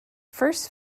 first